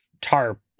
TARP